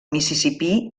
mississipí